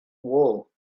wool